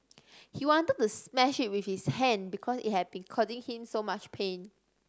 he wanted to smash it with his hand because it had been causing him so much pain